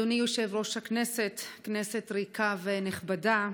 אדוני יושב-ראש הכנסת, כנסת ריקה ונכבדה,